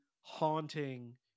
haunting